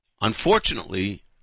unfortunately